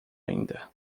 ainda